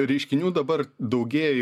reiškinių dabar daugėja